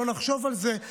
בואו נחשוב על זה.